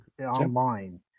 online